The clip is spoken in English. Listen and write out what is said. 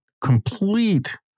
complete